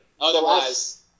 Otherwise